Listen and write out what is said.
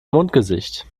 mondgesicht